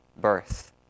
birth